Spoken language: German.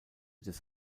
des